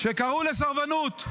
שקראו לסרבנות.